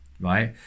Right